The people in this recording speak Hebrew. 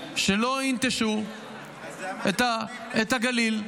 שלא ינטשו את הגליל,